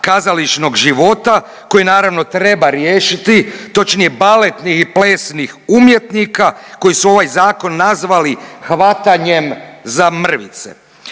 kazališnog života koji naravno treba riješiti, točnije baletnih i plesnih umjetnika koji su ovaj zakon nazvali hvatanjem za mrvice.